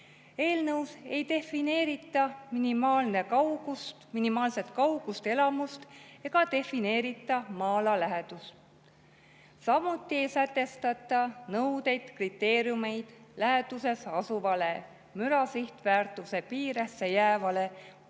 Eelnõus ei defineerita minimaalset kaugust elamust ega defineerita maa-ala lähedust. Samuti ei sätestata nõudeid ega kriteeriume läheduses asuvale müra sihtväärtuse piiresse jäävale